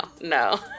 no